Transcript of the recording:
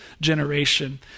generation